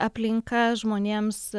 aplinka žmonėms